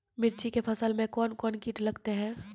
मिर्ची के फसल मे कौन कौन कीट लगते हैं?